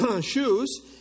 shoes